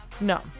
No